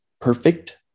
perfect